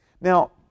Now